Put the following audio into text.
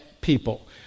people